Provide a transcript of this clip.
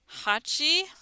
Hachi